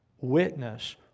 witness